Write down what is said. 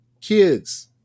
kids